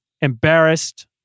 embarrassed